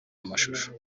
amashusho